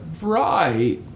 right